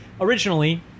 originally